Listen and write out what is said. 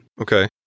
Okay